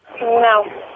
No